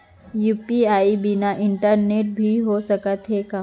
UPI बिना internet के भी हो सकत हे का?